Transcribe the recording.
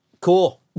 cool